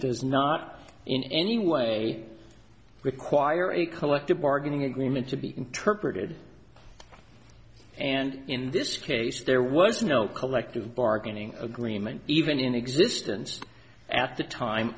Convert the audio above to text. does not in any way require a collective bargaining agreement to be interpreted and in this case there was no collective bargaining agreement even in existence at the time